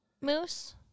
moose